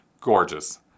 gorgeous